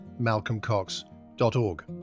malcolmcox.org